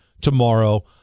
tomorrow